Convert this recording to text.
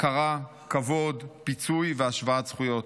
הכרה, כבוד, פיצוי והשוואת זכויות.